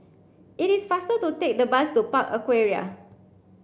it is faster to take the bus to Park Aquaria